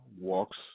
walks